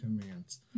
commands